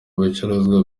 bicuruzwa